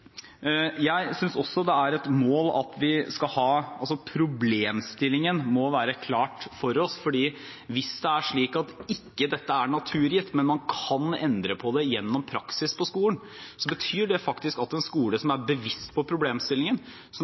Jeg synes vi må ha problemstillingen klart for oss, for hvis det er slik at dette ikke er naturgitt, men man kan endre på det gjennom praksis på skolen, betyr det at en skole som er bevisst på problemstillingen, som